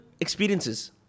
experiences